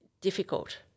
difficult